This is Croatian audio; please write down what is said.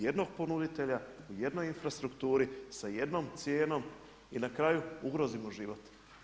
Jednog ponuditelja u jednoj infrastrukturi sa jednom cijenom i na kraju ugrozimo život.